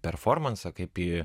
performansą kaip į